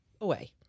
away